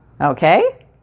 Okay